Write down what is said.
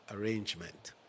arrangement